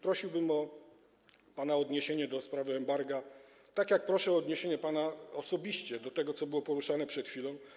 Prosiłbym pana o odniesienie się do sprawy embarga, tak jak proszę o odniesienie się przez pana osobiście do tego, co było poruszone przed chwilą.